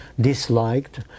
disliked